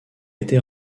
été